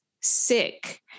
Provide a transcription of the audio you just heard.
sick